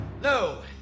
No